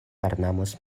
ornamos